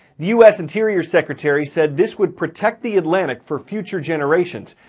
the u s. interior secretary said this would protect the atlantic for future generations.